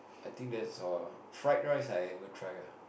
I think that's all fried rice I ever try ah